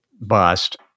bust